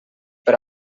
per